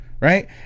right